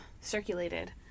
circulated